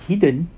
hidden